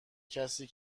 کسی